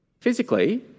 Physically